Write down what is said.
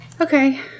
Okay